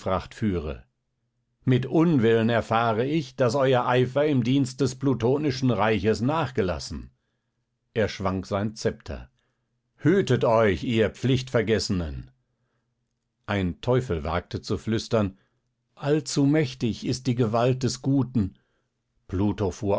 führe mit unwillen erfahre ich daß euer eifer im dienst des plutonischen reiches nachgelassen er schwang sein szepter hütet euch ihr pflichtvergessenen ein teufel wagte zu flüstern allzumächtig ist die gewalt des guten